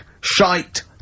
shite